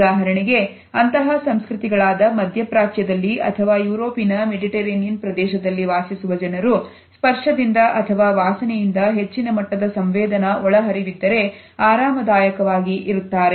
ಉದಾಹರಣೆಗೆ ಅಂತಹ ಸಂಸ್ಕೃತಿಗಳಾದ ಮಧ್ಯಪ್ರಾಚ್ಯದಲ್ಲಿ ಅಥವಾ ಯುರೋಪಿನ ಮೆಡಿಟರೇನಿಯನ್ ಪ್ರದೇಶದಲ್ಲಿ ವಾಸಿಸುವ ಜನರು ಸ್ಪರ್ಶದಿಂದ ಅಥವಾ ವಾಸನೆಯಿಂದ ಹೆಚ್ಚಿನ ಮಟ್ಟದ ಸಂವೇದನ ಒಳಹರಿವಿದ್ದರೆ ಆರಾಮದಾಯಕವಾಗಿ ಇರುತ್ತಾರೆ